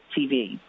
TV